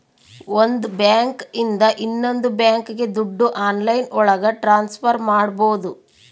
ಒಂದ್ ಬ್ಯಾಂಕ್ ಇಂದ ಇನ್ನೊಂದ್ ಬ್ಯಾಂಕ್ಗೆ ದುಡ್ಡು ಆನ್ಲೈನ್ ಒಳಗ ಟ್ರಾನ್ಸ್ಫರ್ ಮಾಡ್ಬೋದು